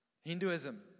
Hinduism